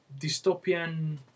dystopian